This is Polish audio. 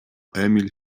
emil